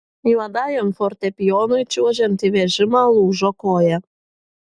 juodajam fortepijonui čiuožiant į vežimą lūžo koja